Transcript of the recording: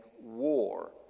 war